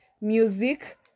music